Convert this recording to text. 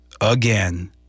again